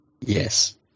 Yes